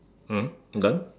mm done